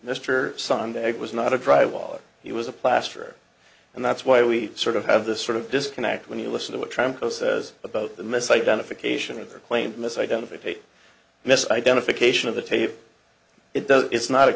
mr sunday was not a drywall he was a plaster and that's why we sort of have this sort of disconnect when you listen to what trampas says about the mis identification of their claim in this identification mess identification of the tape it does it's not a